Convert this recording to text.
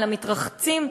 על המתרחצים.